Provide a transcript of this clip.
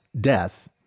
death